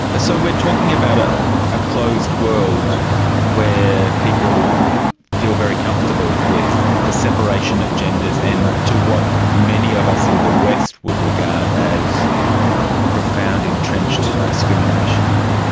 but talking about a ah closed world where people feel very comfortable with the separation of genders and to what many of us in the west would regard as profound entrenched discrimination.